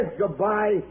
goodbye